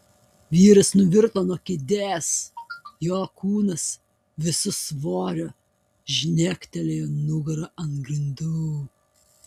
vyras nuvirto nuo kėdės jo kūnas visu svoriu žnektelėjo nugara ant grindų